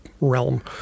realm